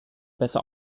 besser